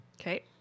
okay